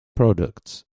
products